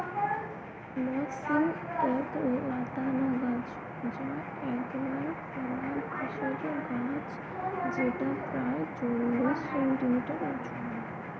মথ শিম এক লতানা গাছ যা একবার ফলা ভেষজ গাছ যেটা প্রায় চল্লিশ সেন্টিমিটার উঁচু হয়